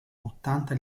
ottanta